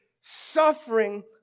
suffering